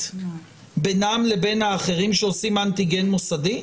בינם לבין האחרים שעושים אנטיגן מוסדי?